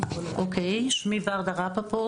בבקשה, שירות המבחן.